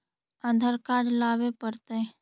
आधार card लाबे पड़तै?